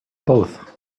both